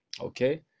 Okay